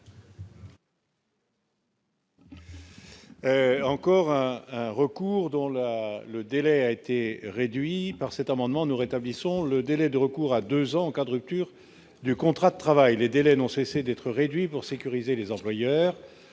Encore un recours dont la le délai a été réduit par cet amendement, nous rétablissons le délai de recours à 2 ans, quadruple sur du contrat de travail, les délais n'ont cessé d'être réduit pour sécuriser les employeurs,